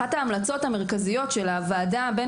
אחת ההמלצות המרכזיות של הוועדה הבין